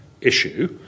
issue